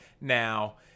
now